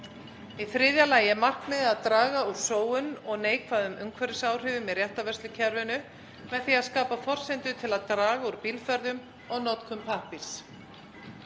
Í þriðja lagi er markmiðið að draga úr sóun og neikvæðum umhverfisáhrifum í réttarvörslukerfinu með því að skapa forsendur til að draga úr bílferðum og notkun pappírs.